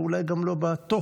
ואולי גם לא בתוכן,